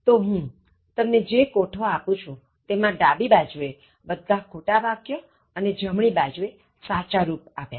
તોહું તમને જે કોઠો આપું છું તેમાં ડાબી બાજુએ બધા ખોટા વાક્ય અને જમણી બાજુએ સાચા રુપ આપ્યા છે